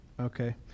okay